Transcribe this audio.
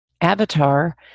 Avatar